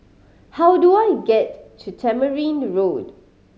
how do I get to Tamarind Road